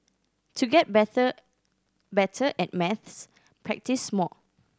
to get better at maths practise more